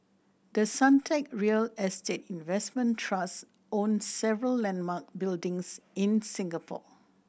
the Suntec real estate investment trust owns several landmark buildings in Singapore